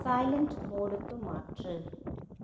silent மோடுக்கு மாற்று